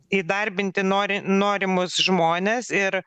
įdarbinti nori norimus žmones ir